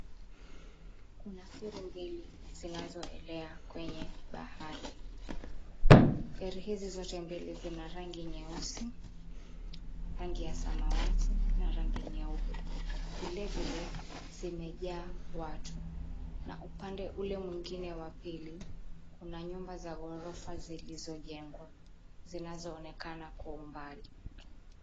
Kuna feri mbili zinazoelea kwenye bahari. Feri hizi zote mbili zina rangi nyeusi, rangi ya samawati na rangi nyeupe. Vilevile zimejaa watu na upande ule mwingine wa pili kuna nyumba za ghorofa zilizojengwa, zinaonekana kwa mbali.